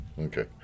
Okay